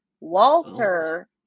Walter